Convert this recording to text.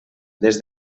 des